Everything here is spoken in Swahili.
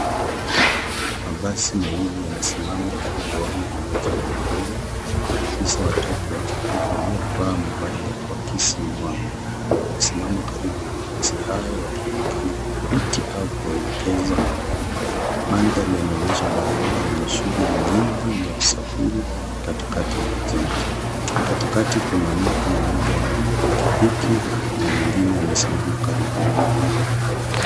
Mabasi mawili yamesimama kituoni kungoja abiria. Maafisa watatu wa trafiki waliovaa mavazi ya kuakisi mwanga wamesimama karibu na mabasi hayo wakionekana kudhibiti au kuelekeza magari. Mandhari yanaonyesha barabara yenye shughuli nyingi ya kusafiri katikati mwa jiji. Katikati kuna mtu mmoja mwenye pikipiki na mwingine amesimama karibu nao.